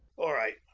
all right.